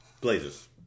Blazers